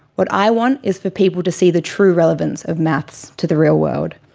what i want is for people to see the true relevance of maths to the real world.